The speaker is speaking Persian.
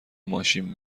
ماشین